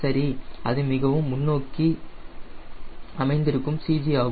சரி இது மிகவும் முன்னோக்கி அமைந்திருக்கும் CG ஆகும்